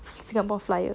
singapore flyer